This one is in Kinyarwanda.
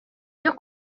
byo